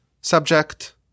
subject